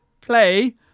play